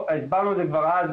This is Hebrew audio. הסברנו את זה כבר אז,